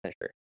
sure